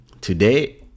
today